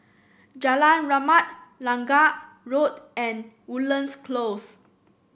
Jalan Rahmat Lange Road and Woodlands Close